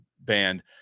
band